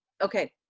Okay